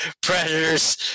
Predators